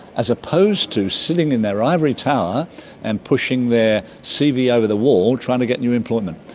as opposed to sitting in their ivory tower and pushing their cv over the wall trying to get new employment.